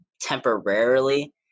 temporarily